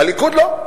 הליכוד לא.